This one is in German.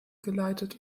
geleitet